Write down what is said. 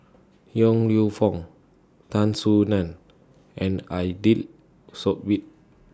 Yong Lew Foong Tan Soo NAN and Aidli Sbit